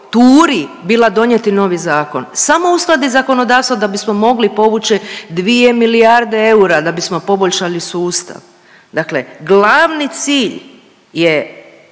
turi bila donijeti novi zakon, samo uskladit zakonodavstvo da bismo mogli povući 2 milijardi eura da bismo poboljšali sustav. Dakle glavni cilj je